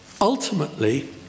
Ultimately